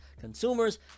consumers